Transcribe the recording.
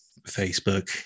Facebook